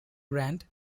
grant